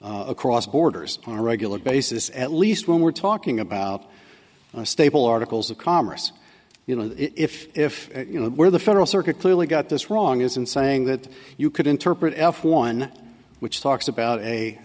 commerce across borders on a regular basis at least when we're talking about a stable articles of commerce you know if if you know where the federal circuit clearly got this wrong is in saying that you could interpret f one which talks about